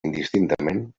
indistintament